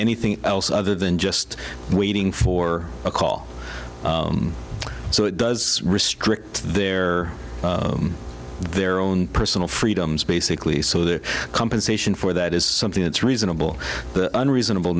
anything else other than just waiting for a call so it does restrict their their own personal freedoms basically so the compensation for that is something that's reasonable and reasonable